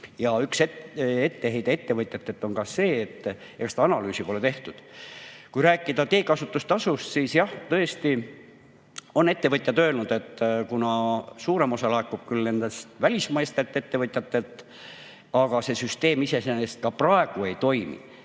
Üks etteheide ettevõtjatelt on ka see, et ega seda analüüsi pole tehtud. Kui rääkida teekasutustasust, siis jah, tõesti on ettevõtjad öelnud, et suurem osa laekub küll välismaistelt ettevõtjatelt, aga see süsteem iseenesest ka praegu ei toimi,